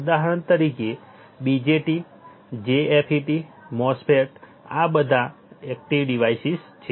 ઉદાહરણ તરીકે BJT JFET MOSFETs આ બધા એકટીવ ડિવાસીસ છે